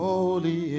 Holy